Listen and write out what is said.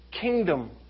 kingdom